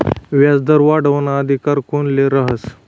व्याजदर वाढावाना अधिकार कोनले रहास?